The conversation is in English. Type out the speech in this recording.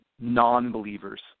non-believers